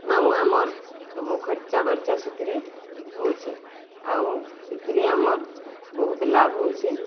ଆଉ ଆମର୍ ସବୁ ଖର୍ଚା ବରିଚା ସେଥିରେ ହଉଚି ଆଉ ସେଥିରେ ଆମର୍ ବହୁତ ଲାଭ ହଉଚି